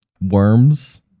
worms